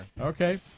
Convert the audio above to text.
Okay